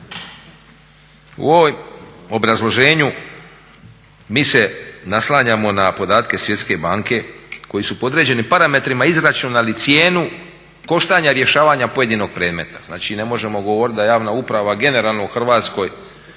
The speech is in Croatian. U ovom obrazloženju mi se naslanjamo na podatke Svjetske banke koji su podređeni parametrima izračunali cijenu koštanja rješavanja pojedinog predmeta, znači ne možemo govoriti da javna uprava generalno u Hrvatskoj